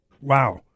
wow